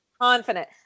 Confident